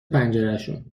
پنجرشون